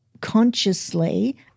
consciously